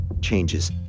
changes